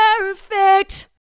perfect